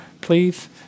please